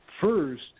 first